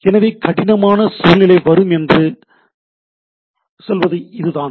எனவே கடினமான சூழ்நிலை வரும் என்று சொல்வது இதுதான்